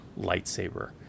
lightsaber